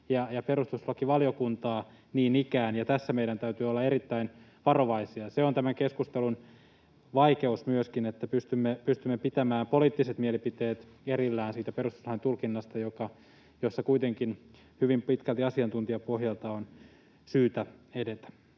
ja perustuslakivaliokuntaa niin ikään, ja tässä meidän täytyy olla erittäin varovaisia. Tämän keskustelun vaikeus on myöskin siinä, että pystymme pitämään poliittiset mielipiteet erillään siitä perustuslain tulkinnasta, jossa kuitenkin hyvin pitkälti asiantuntijapohjalta on syytä edetä.